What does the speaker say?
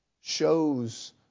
shows